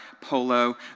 polo